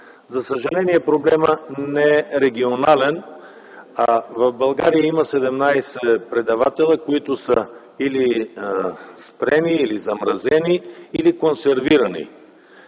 За съжаление проблемът не е регионален, в България има 17 предавателя, които са или спрени, или замразени, или консервирани.